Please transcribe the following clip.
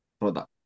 product